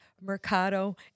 Mercado